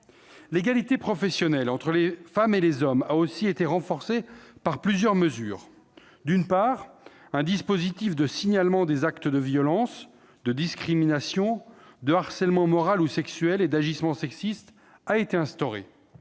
L'égalité professionnelle entre les femmes et les hommes a aussi été renforcée par plusieurs mesures. D'une part, un dispositif de signalement des actes de violence, de discrimination, de harcèlement moral ou sexuel et d'agissement sexiste a été instauré.